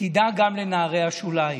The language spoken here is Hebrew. תדאג גם לנערי השוליים.